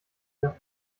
ihr